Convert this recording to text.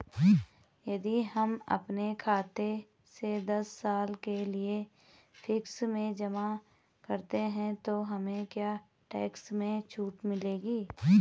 यदि हम अपने खाते से दस साल के लिए फिक्स में जमा करते हैं तो हमें क्या टैक्स में छूट मिलेगी?